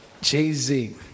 Jay-Z